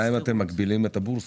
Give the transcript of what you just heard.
השאלה אם אתם מגבילים את הבורסות.